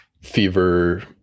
fever